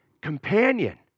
companion